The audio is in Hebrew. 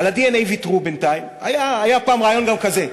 על הדנ"א ויתרו בינתיים, היה פעם גם רעיון כזה.